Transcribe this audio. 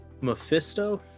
Mephisto